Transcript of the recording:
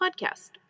podcast